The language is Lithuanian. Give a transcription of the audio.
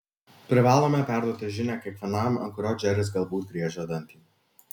privalome perduoti žinią kiekvienam ant kurio džeris galbūt griežia dantį